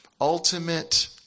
ultimate